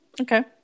okay